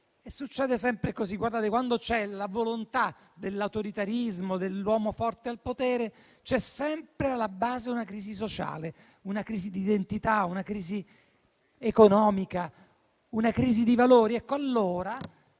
Succede sempre così: quando c'è la volontà dell'autoritarismo, dell'uomo forte al potere, c'è sempre alla base una crisi sociale, una crisi di identità, una crisi economica, una crisi di valori.